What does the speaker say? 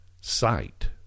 sight